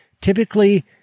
Typically